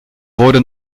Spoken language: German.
wurde